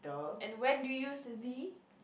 and when do you use the